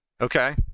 Okay